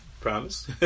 Promise